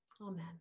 Amen